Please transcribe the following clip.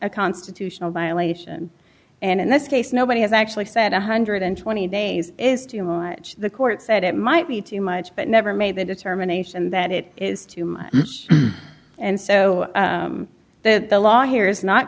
a constitutional violation and in this case nobody has actually said one hundred and twenty dollars days is too much the court said it might be too much but never made the determination that it is too much and so that the law here is not